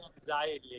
anxiety